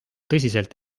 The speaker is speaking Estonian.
tõsiselt